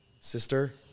Sister